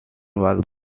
was